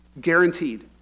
guaranteed